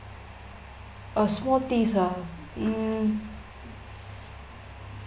uh small things ah mm